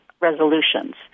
resolutions